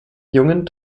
jungen